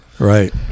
Right